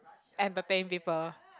entertain people